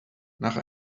nach